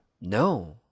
No